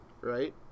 right